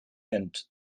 and